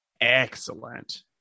excellent